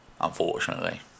unfortunately